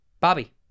bobby